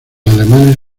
alemanes